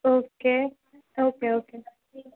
okay okay okay